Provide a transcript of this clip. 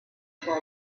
for